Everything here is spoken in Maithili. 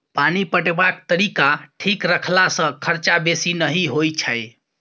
पानि पटेबाक तरीका ठीक रखला सँ खरचा बेसी नहि होई छै